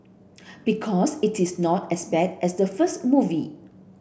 because it is not as bad as the first movie